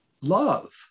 love